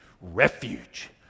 refuge